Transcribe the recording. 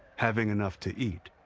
having enough to eat.